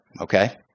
Okay